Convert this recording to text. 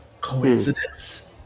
Coincidence